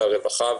הרווחה,